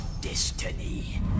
destiny